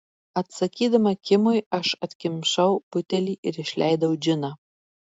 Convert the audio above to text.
atsakydama kimui aš atkimšau butelį ir išleidau džiną